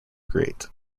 great